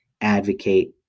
advocate